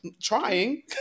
trying